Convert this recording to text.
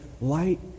light